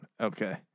Okay